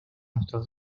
nuestros